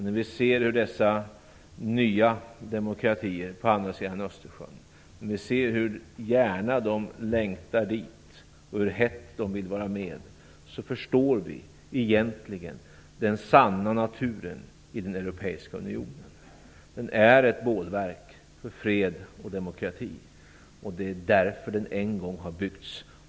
När vi ser hur dessa nya demokratier på andra sidan Östersjön längtar dit och hur hett de vill vara med förstår vi den sanna naturen i den europeiska unionen. Den är ett bålverk för fred och demokrati. Det är därför den en gång har byggts.